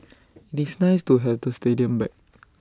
nice to have the stadium back